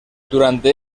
durante